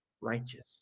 righteous